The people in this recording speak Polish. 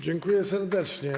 Dziękuję serdecznie.